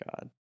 God